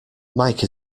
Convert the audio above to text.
mike